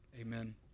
Amen